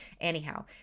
Anyhow